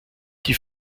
die